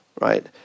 right